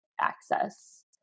access